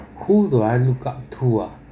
who do I look up to ah